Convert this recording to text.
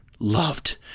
loved